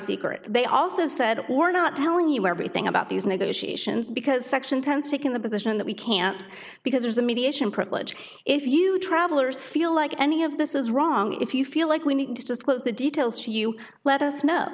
secret they also said or not telling you everything about these negotiations because section tense taken the position that we can't because there's a mediation privilege if you travelers feel like any of this is wrong if you feel like we need to disclose the details she you let us know